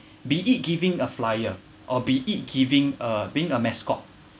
be it giving a flyer or be it giving uh being a mascot